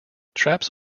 traps